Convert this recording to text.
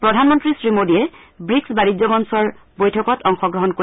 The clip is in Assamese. প্ৰধানমন্ত্ৰী শ্ৰীমোডীয়ে ব্ৰিক্চ বাণিজ্য মঞ্চৰ বৈঠকত অংশগ্ৰহণ কৰিব